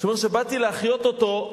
כשבאתי להחיות אותו,